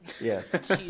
Yes